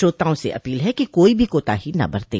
श्रोताओं से अपील है कि कोई भी कोताही न बरतें